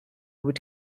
would